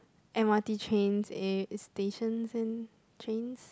M_R_T trains eh stations and trains